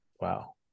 Wow